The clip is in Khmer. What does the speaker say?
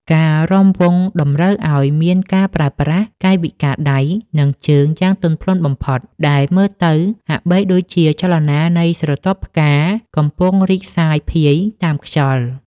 ការរាំវង់តម្រូវឱ្យមានការប្រើប្រាស់កាយវិការដៃ និងជើងយ៉ាងទន់ភ្លន់បំផុត ដែលមើលទៅហាក់បីដូចជាចលនានៃស្រទាប់ផ្កាកំពុងរីកសាយភាយតាមខ្យល់។